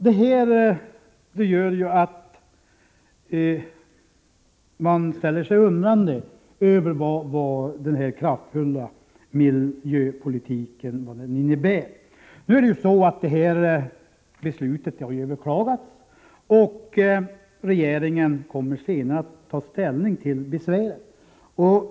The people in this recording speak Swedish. Detta gör att man ställer sig undrande över vad den kraftfulla miljöpolitiken innebär. Nu har det här beslutet överklagats, och regeringen kommer senare att ta ställning till besvären.